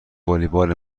والیبال